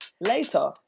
later